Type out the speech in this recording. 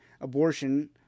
abortion